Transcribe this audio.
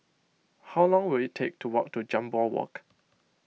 how long will it take to walk to Jambol Walk